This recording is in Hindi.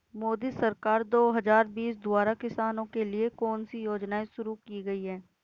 मोदी सरकार दो हज़ार बीस द्वारा किसानों के लिए कौन सी योजनाएं शुरू की गई हैं?